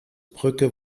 brücke